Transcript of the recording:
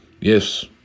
Yes